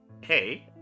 hey